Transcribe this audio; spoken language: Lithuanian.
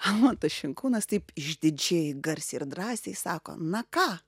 almantas šinkūnas taip išdidžiai garsiai ir drąsiai sako na ką